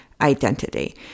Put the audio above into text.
identity